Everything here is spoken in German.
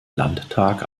landtag